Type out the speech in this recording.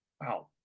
wow